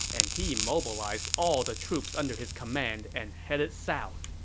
and he mobilized all the troops under his command and headed south